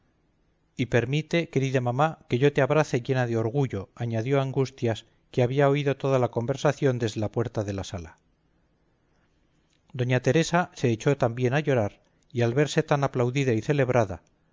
y permite querida mamá que yo te abrace llena de orgullo añadió angustias que había oído toda la conversación desde la puerta de la sala doña teresa se echó también a llorar al verse tan aplaudida y celebrada